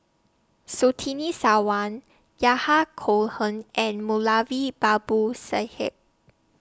Surtini Sarwan Yahya Cohen and Moulavi Babu Sahib